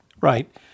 right